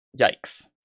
Yikes